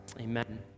amen